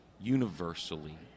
universally